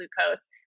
glucose